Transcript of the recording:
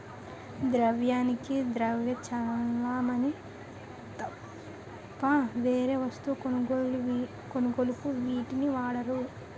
ద్రవ్యానికి ద్రవ్య చలామణి తప్ప వేరే వస్తువుల కొనుగోలుకు వీటిని వాడరు